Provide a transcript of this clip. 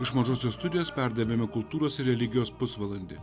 iš mažosios studijos perdavėme kultūros religijos pusvalandį